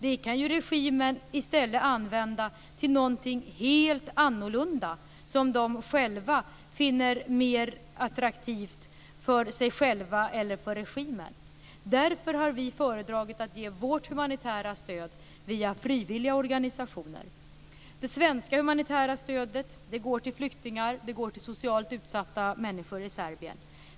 Det kan regimen i stället använda till någonting helt annorlunda, som de finner mer attraktivt för sig själva eller för regimen. Därför har vi föredragit att ge vårt humanitära stöd via frivilliga organisationer. Det svenska humanitära stödet går till flyktingar och till socialt utsatta människor i Serbien.